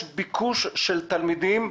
יש ביקוש של תלמידים,